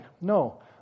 no